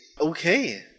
Okay